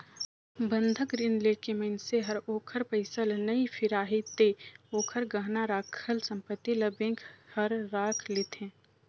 बंधक रीन लेके मइनसे हर ओखर पइसा ल नइ फिराही ते ओखर गहना राखल संपति ल बेंक हर राख लेथें